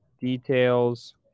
details